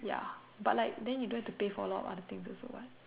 ya but like then you don't have to pay for a lot of things also what